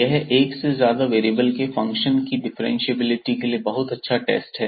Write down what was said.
यह एक से ज्यादा वेरिएबल के फंक्शन की डिफ्रेंशिएबिलिटी के लिए बहुत अच्छा टेस्ट है